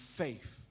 faith